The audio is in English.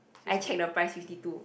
I check the price fifty two